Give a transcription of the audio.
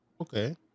Okay